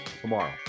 tomorrow